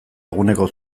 eguneko